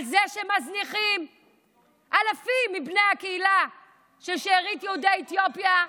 על זה שמזניחים אלפים מבני הקהילה של שארית יהודי אתיופיה,